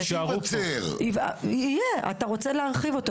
אתה רוצה להרחיב.